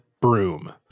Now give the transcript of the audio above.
broom